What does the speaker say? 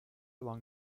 along